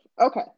okay